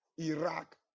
Iraq